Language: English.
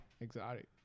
Exotic